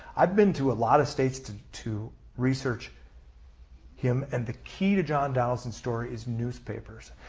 i've been to a lot of states to to research him and the key to john donaldson's story is newspapers.